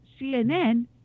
CNN